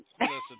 Listen